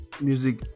music